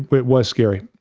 but it was scary.